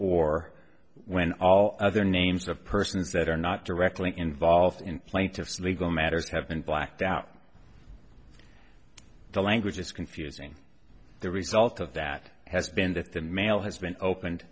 or when all other names of persons that are not directly involved in plaintiff's legal matters have been blacked out the language is confusing the result of that has been that the mail has been opened